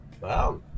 Wow